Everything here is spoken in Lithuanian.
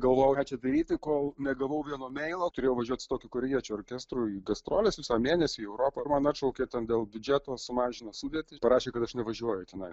galvojau ką čia daryti kol negavau vieno imeilo turėjau važiuoti su tokiu koriejiečių orkestru į gastroles visam mėnesiui į europą ir man atšaukė ten dėl biudžeto sumažino sudėtį parašė kad aš nevažiuoju tenai